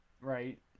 right